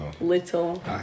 little